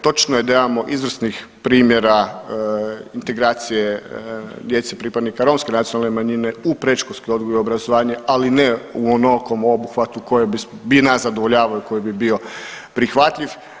Točno je da imamo izvrsnih primjera integracije djece pripadnika romske nacionalne manjine u predškolski odgoj i obrazovanje, ali ne u onolikom obuhvatu koje bi nas zadovoljavalo i koji bi bio prihvatljiv.